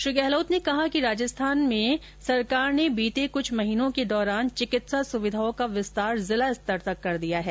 श्री गहलोत ने कहा कि राजस्थान में राज्य सरकार ने बीते कुछ महीनों के दौरान चिकित्सा सुविधाओं का विस्तार जिला स्तर तक कर दिया है